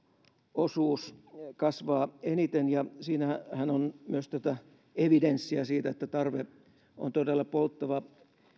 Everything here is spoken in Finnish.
osuus kasvaa eniten ja siinähän on myös tätä evidenssiä siitä että tarve on todella polttava